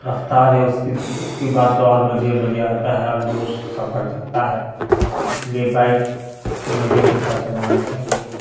رفتار ہے اس کی اس کی بات تو اور مزے مزے آتا ہے اور جوش سب بھر جاتا ہے اس لیے بائک کو مزے کے ساتھ چلانا چاہیے